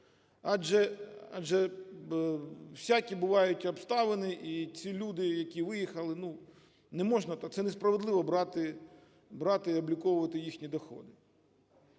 Адже всякі бувають обставини, і ці люди, які виїхали, не можна, це несправедливо брати і обліковувати їхні доходи.